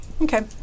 Okay